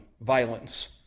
violence